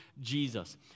Jesus